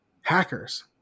Hackers